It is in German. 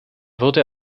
wurde